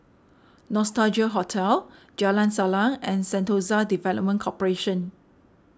Nostalgia Hotel Jalan Salang and Sentosa Development Corporation